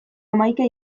hamaika